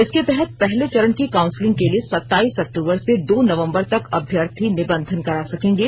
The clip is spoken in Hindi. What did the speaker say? इसके तहत पहले चरण की काउंसलिंग के लिए सताईस अक्टूबर से दो नवंबर तक अभ्यर्थी निबंधन करा सकेंगे